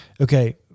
Okay